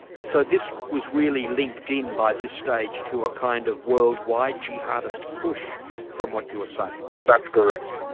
so this was really linked in by this stage to a kind of worldwide jihadist push from what you're saying? that's correct.